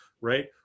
right